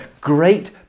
great